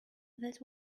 that